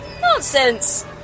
Nonsense